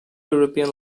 european